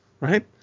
right